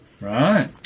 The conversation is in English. right